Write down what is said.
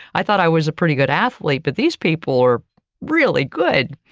i thought i was a pretty good athlete, but these people are really good.